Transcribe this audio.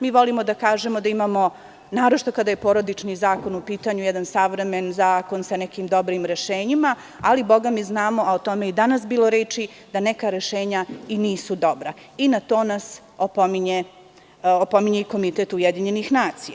Mi volimo da kažemo da imamo, naročito kada je Porodični zakon u pitanju, jedan savremeni zakon, sa nekim dobrim rešenjima, ali znamo, a o tome je i danas bilo reči, da neka rešenja i nisu dobra i na to nas opominje i Komitet UN.